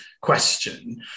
question